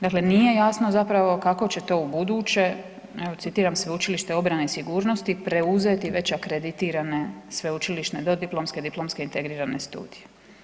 Dakle, nije jasno zapravo kako će to u buduće, evo citiram Sveučilište obrane i sigurnosti, preuzeti već akreditirane sveučilišne dodiplomske, diplomske, integrirane studije.